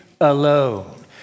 alone